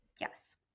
yes